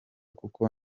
kuko